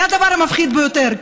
זה הדבר המפחיד ביותר,